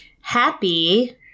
Happy